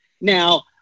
Now